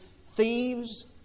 thieves